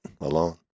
alone